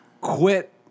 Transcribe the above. quit